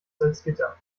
salzgitter